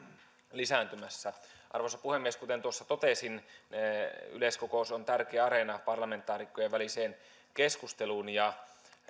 lisääntymässä arvoisa puhemies kuten tuossa totesin yleiskokous on tärkeä areena parlamentaarikkojen väliseen keskusteluun ja